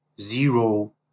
zero